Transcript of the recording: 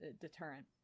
deterrent